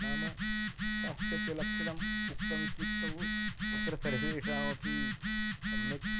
नाम स्वास्थ्यस्य लक्षणम् उक्तमित्युक्तौ तत्र सर्वेषामपि सम्यक्